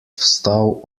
vstal